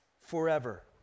forever